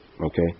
okay